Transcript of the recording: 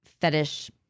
fetish